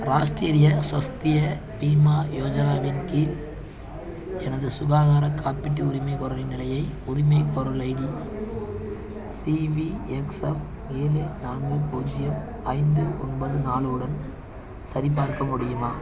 ராஷ்டிரிய ஸ்வஸ்திய பீமா யோஜனாவின் கீழ் எனது சுகாதார காப்பீட்டு உரிமைகோரலின் நிலையை உரிமைகோரல் ஐடி சிவிஎக்ஸ்எஃப் ஏழு நான்கு பூஜ்ஜியம் ஐந்து ஒன்பது நாலு உடன் சரிபார்க்க முடியுமா